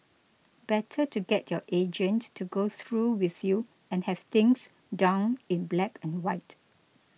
better to get your agent to go through with you and have things down in black and white